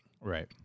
Right